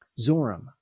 Zoram